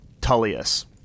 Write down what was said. Tullius